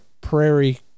prairie